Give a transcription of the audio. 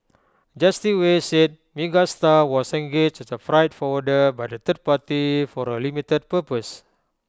Justice Wei said Megastar was engaged as A freight forwarder by the third party for A limited purpose